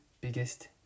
biggest